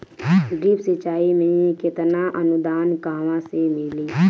Drip सिंचाई मे केतना अनुदान कहवा से मिली?